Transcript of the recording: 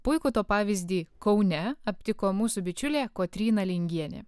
puikų to pavyzdį kaune aptiko mūsų bičiulė kotryna lingienė